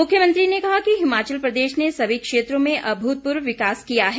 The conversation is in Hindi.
मुख्यमंत्री ने कहा कि हिमाचल प्रदेश ने समी क्षेत्रों मे अमूतपूर्व विकास किया है